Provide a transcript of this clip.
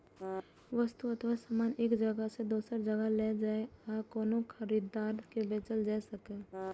वस्तु अथवा सामान एक जगह सं दोसर जगह लए जाए आ कोनो खरीदार के बेचल जा सकै